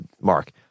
Mark